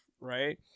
right